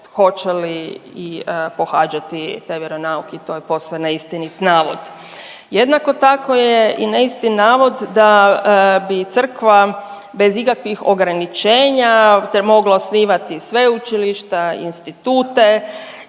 hoće li pohađati taj vjeronauk i to je posve neistinit navod. Jednako tako je i neistinit navod da bi Crkva bez ikakvih ograničenja mogla osnivati sveučilišta, institute